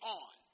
on